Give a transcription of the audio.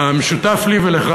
המשותף לי ולך